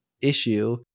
issue